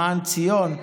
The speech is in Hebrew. למען ציון.